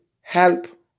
help